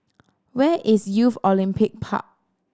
where is Youth Olympic Park